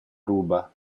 ruba